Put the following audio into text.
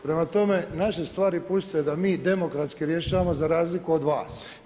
Prema tome, naše stvari pustite da mi demokratski rješavamo za razliku od vas.